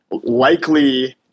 Likely